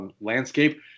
landscape